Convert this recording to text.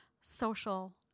social